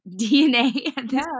DNA